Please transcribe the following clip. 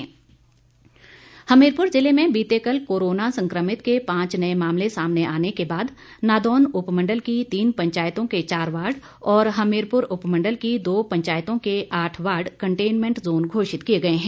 containment zone Hamirpur जिले में बीते कल कोरोना संक्रमित के पांच नए मामले सामने आने के बाद नादौन उपमंडल की तीन पंचायतों के चार वार्ड और हमीरपुर उपमंडल की दो पंचायतों के आठ वार्ड कन्टेंनमेंट जोन घोषित किए गए हैं